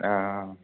ओ